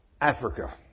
Africa